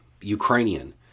Ukrainian